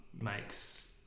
makes